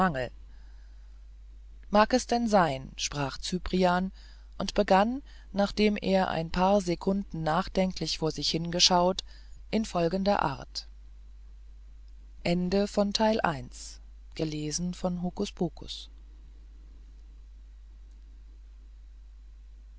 mag es denn sein sprach cyprian und begann nachdem er ein paar sekunden nachdenklich vor sich hingeschaut in folgender art